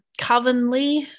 Covenly